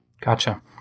Gotcha